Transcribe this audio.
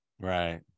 Right